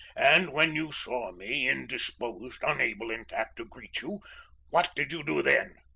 and when you saw me indisposed unable, in fact, to greet you what did you do then?